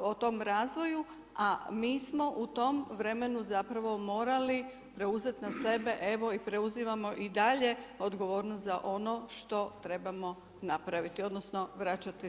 o tom razvoju a mi smo u tom vremenu zapravo morali preuzeti na sebe, evo i preuzimamo i dalje odgovornost za ono što trebamo napraviti, odnosno vraćati svoje obveze.